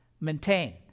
maintain